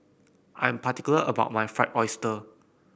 I am particular about my Fried Oyster